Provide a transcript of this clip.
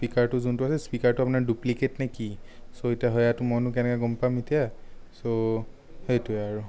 স্পীকাৰটো যোনটো আছে স্পীকাৰটো আপোনাৰ ডুপ্লিকেটনে কি চ' এতিয়া সেয়াটো মইনো কেনেকৈ গম পাম এতিয়া চ' সেইটোৱেই আৰু